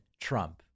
Trump